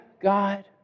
God